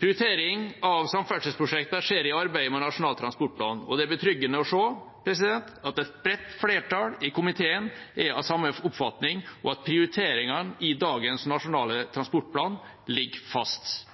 Prioritering av samferdselsprosjekter skjer i arbeidet med Nasjonal transportplan. Det er betryggende å se at et bredt flertall i komiteen er av samme oppfatning, og at prioriteringene i dagens nasjonale transportplan ligger fast.